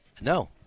No